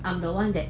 I'm the one that